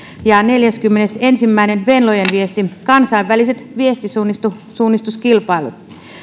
ja neljännenkymmenennenensimmäisen venlojen viesti kansainväliset viestisuunnistuskilpailut